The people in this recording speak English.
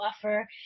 offer